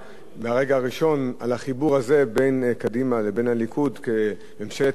מהרגע הראשון על החיבור הזה בין קדימה לבין הליכוד כממשלת אחדות,